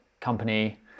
company